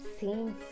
seems